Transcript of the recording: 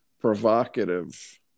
provocative